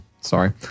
sorry